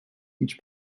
each